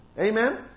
Amen